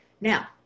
Now